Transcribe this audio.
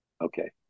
Okay